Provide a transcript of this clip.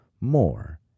more